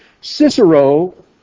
Cicero